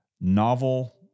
novel